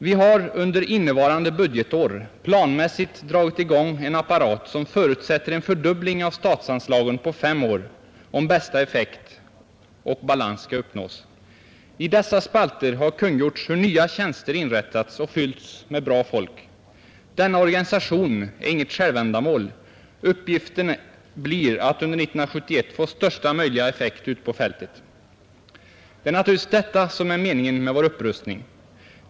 ”Vi har ——— under innevarande budgetår planmässigt dragit i gång en apparat som förutsätter en fördubbling av statsanslagen på 5 år om bästa effekt och balans ska uppnås. I dessa spalter har kungjorts hur nya tjänster inrättats och fyllts med bra folk. Denna organisation är inget självändamål. Uppgiften blir att under 1971 få största möjliga effekt ute på fältet. Det är naturligtvis detta som är meningen med vår upprustning.